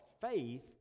faith